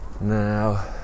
Now